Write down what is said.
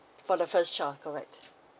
for the first child correct